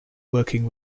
working